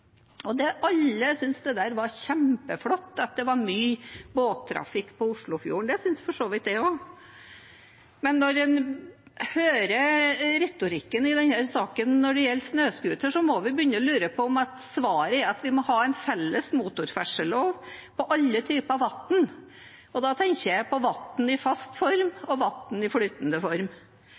Det syntes for så vidt jeg også. Men når en hører retorikken i denne saken, når det gjelder snøscooter, må vi begynne å lure på om svaret er at vi må ha en felles motorferdsellov på alle typer vann, og da tenker jeg på vann i fast form og vann i flytende form.